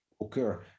occur